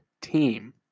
team